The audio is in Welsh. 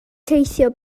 teithio